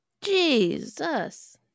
Jesus